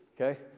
Okay